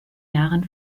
jahren